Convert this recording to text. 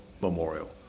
memorial